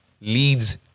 leads